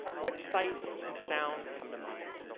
what sights and sounds come to mind?